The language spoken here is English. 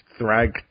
Thrag